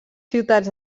ciutats